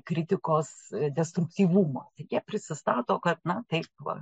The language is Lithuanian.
kritikos destruktyvumo tai jie prisistato kad na taip va